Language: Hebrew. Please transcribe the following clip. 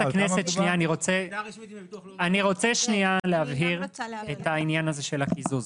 אני רוצה שנייה להבהיר את העניין הזה של הקיזוז.